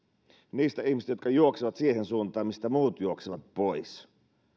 niistä ihmisistä jotka juoksevat siihen suuntaan mistä muut juoksevat pois